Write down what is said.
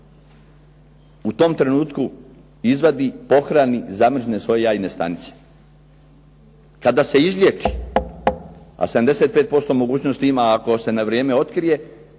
u tom trenutku izvadi, pohrani, zamrzne svoje jajne stanice. Kada se izlijeći, a 75% mogućnosti ima ako se na vrijeme otkrije